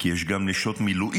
כי יש גם נשות מילואים